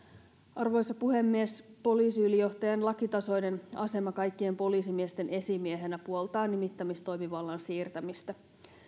arvoisa puhemies poliisiylijohtajan lakitasoinen asema kaikkien poliisimiesten esimiehenä puoltaa nimittämistoimivallan siirtämistä